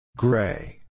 Gray